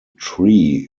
tree